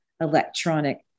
electronic